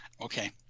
Okay